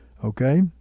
Okay